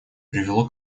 привело